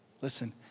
listen